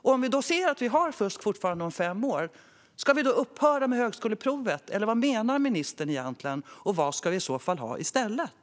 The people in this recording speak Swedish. Om vi ser att det fortfarande finns fusk om fem år, ska vi då upphöra med högskoleprovet? Vad menar ministern egentligen? Och vad ska vi i så fall ha i stället?